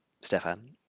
Stefan